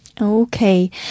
Okay